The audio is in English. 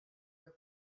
her